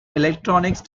electronic